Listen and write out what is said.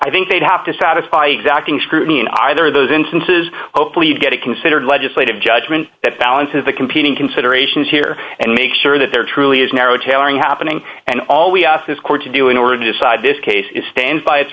i think they'd have to satisfy exacting scrutiny in either of those instances hopefully you get a considered legislative judgment that balances the competing considerations here and make sure that there truly is narrow tailoring happening and all we ask this court to do in order to decide this case is stand by its